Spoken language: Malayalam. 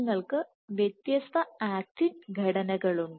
നിങ്ങൾക്ക് വ്യത്യസ്ത ആക്റ്റിൻ ഘടനകളുണ്ട്